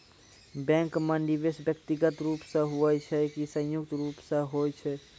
Bank माई निवेश व्यक्तिगत रूप से हुए छै की संयुक्त रूप से होय छै?